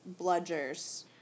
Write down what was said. bludgers